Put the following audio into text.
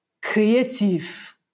creative